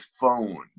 phone